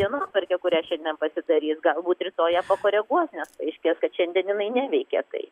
dienotvarkė kurią šiandien pasidarys galbūt rytoj ją pakoreguos nes išties kad šiandien jinai neveikia tai